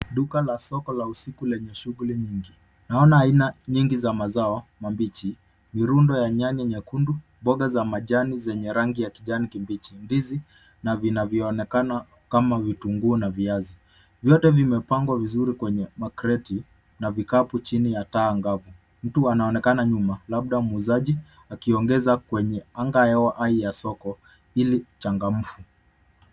Duka la soko la usiku lenye shughuli nyingi. Naona aina nyingi za mazao mabichi, mirundo ya nyanya nyekundu, mboga za majani zenye rangi ya kijani kibichi, ndizi na vinavyoonekana kama vitunguu na viazi. Vyote vimepangwa vizuri kwenye makreti na vikapu chini ya taa angavu. Mtu anaonekana nyuma, labda muuzaji, akiongeza kwenye anga hewa hai ya soko ili changamfu.